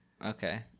Okay